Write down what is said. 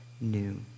new